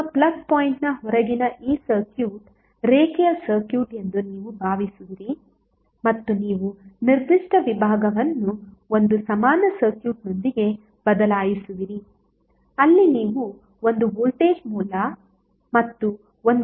ನಿಮ್ಮ ಪ್ಲಗ್ ಪಾಯಿಂಟ್ನ ಹೊರಗಿನ ಈ ಸರ್ಕ್ಯೂಟ್ ರೇಖೀಯ ಸರ್ಕ್ಯೂಟ್ ಎಂದು ನೀವು ಭಾವಿಸುವಿರಿ ಮತ್ತು ನೀವು ನಿರ್ದಿಷ್ಟ ವಿಭಾಗವನ್ನು ಒಂದು ಸಮಾನ ಸರ್ಕ್ಯೂಟ್ನೊಂದಿಗೆ ಬದಲಾಯಿಸುವಿರಿ ಅಲ್ಲಿ ನೀವು ಒಂದು ವೋಲ್ಟೇಜ್ ಮೂಲ ಮತ್ತು ಒಂದು ಪ್ರತಿರೋಧವನ್ನು ಹೊಂದಿರುತ್ತೀರಿ